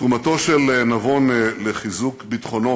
תרומתו של נבון לחיזוק ביטחונו